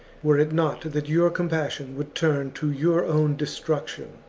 were it not that your com passion would turn to your own destruction.